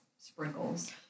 sprinkles